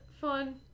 fun